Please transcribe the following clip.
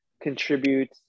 contribute